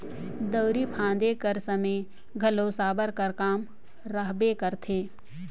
दउंरी फादे कर समे घलो साबर कर काम रहबे करथे